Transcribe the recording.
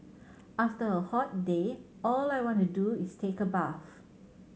after a hot day all I want to do is take a bath